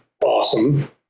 awesome